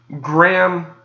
Graham